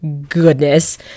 goodness